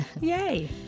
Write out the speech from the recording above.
Yay